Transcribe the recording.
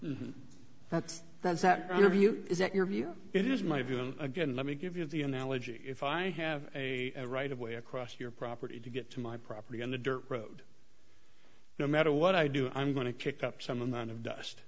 is that's that's that interview is that your view it is my view and again let me give you the analogy if i have a right of way across your property to get to my property in the dirt road no matter what i do i'm going to kick up some amount of dust